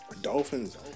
Dolphins